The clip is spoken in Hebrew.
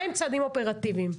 מה הם הצעדים האופרטיביים,